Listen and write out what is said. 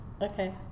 okay